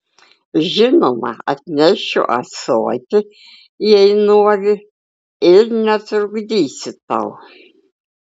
žinoma atnešiu ąsotį jei nori ir netrukdysiu tau